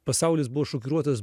pasaulis buvo šokiruotas